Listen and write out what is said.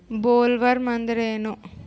Bollworm ಅಂದ್ರೇನು?